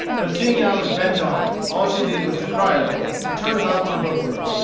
but seeing i was bent on it, all she did was to cry a little, and turn about to her work.